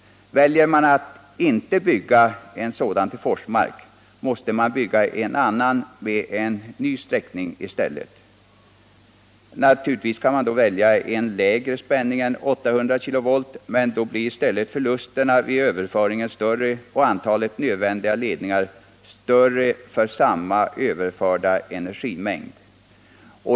Väljer man att inte bygga en sådan ledning till Forsmark måste man i dess ställe bygga en annan med en ny sträckning. Naturligtvis kan man då välja lägre spänning än 800 kV, men då blir förlusterna vid överföringen större och antalet nödvändiga ledningar större för samma överförda energimängd.